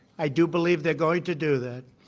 i do believe they're going to do that.